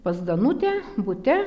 pas danutę bute